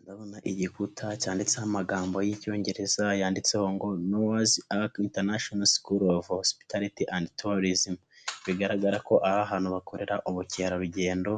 Ndabona igikuta cyanditseho amagambo y'icyongereza yanditseho ngo nowazi aki intanashono sikulu ovu hosipitaliti andi tuwarizime, bigaragara ko aha hantu bakorera ubukerarugendo